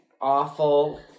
awful